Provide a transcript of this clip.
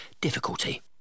difficulty